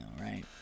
right